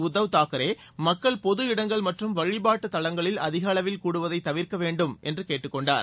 உத்தவ் தாக்கரே மக்கள் பொது இடங்கள் மற்றும் வழிபாட்டுத் தலங்களில் அதிக அளவில் கூடுவதைத் தவிர்க்க வேண்டும் என்று கேட்டுக் கொண்டார்